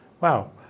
wow